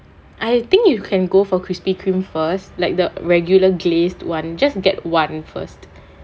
I think you can go for Krispy Kreme first like the regular glazed [one] just get one first